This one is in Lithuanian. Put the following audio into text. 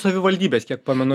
savivaldybės kiek pamenu